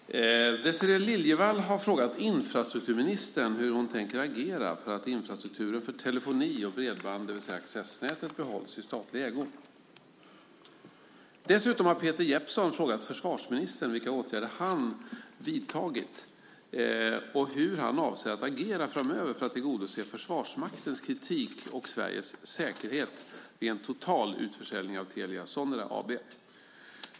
Herr talman! Désirée Liljevall har frågat infrastrukturministern hur hon tänker agera för att infrastrukturen för telefoni och bredband, det vill säga accessnätet, behålls i statlig ägo. Dessutom har Peter Jeppsson frågat försvarsministern vilka åtgärder han vidtagit och hur han avser att agera framöver för att tillgodose Försvarsmaktens kritik och Sveriges säkerhet vid en total utförsäljning av Telia Sonera AB.